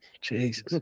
Jesus